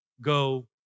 go